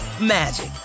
magic